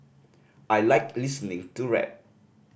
I like listening to rap